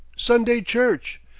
sunday church,